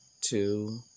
two